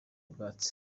utwatsi